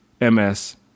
MS